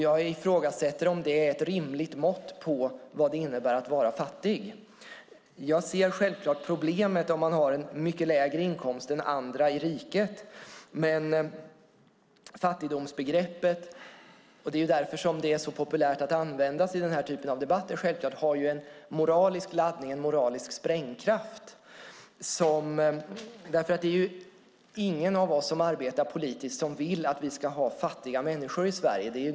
Jag ifrågasätter om det är ett rimligt mått på vad det innebär att vara fattig. Jag ser självklart problemet om man har en mycket lägre inkomst än andra i riket. Men fattigdomsbegreppet har - och det är därför som det är så populärt att använda det i den här typen av debatter - självklart en moralisk laddning, en moralisk sprängkraft. Ingen av oss som arbetar politiskt vill att vi ska ha fattiga människor i Sverige.